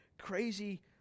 crazy